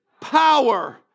power